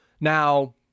Now